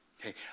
Okay